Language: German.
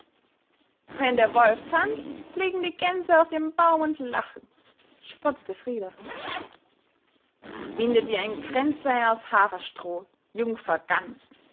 wenn der wolf tanzt fliegen die gänse auf den baum und lachen spottete frida winde dir ein kränzlein aus haferstroh jungfer gans